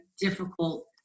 difficult